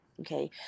Okay